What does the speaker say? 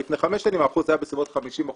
לפני חמש שנים האחוז היה בסביבות 50%,